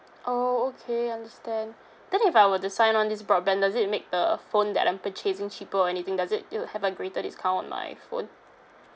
oh okay understand then if I were to sign on this broadband does it make the phone that I'm purchasing cheaper or anything does it it'll have a greater discount on my phone